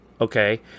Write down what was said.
Okay